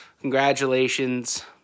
Congratulations